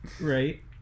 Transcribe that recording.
Right